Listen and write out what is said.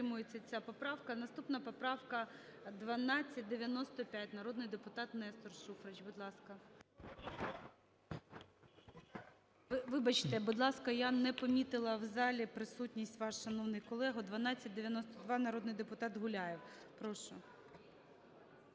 Вибачте, будь ласка, я не помітила в залі присутність вашу, шановний колего. 1292, народний депутат Гуляєв, прошу.